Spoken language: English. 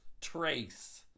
trace